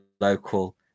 local